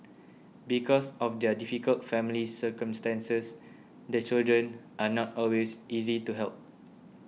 because of their difficult family circumstances the children are not always easy to help